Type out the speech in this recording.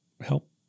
help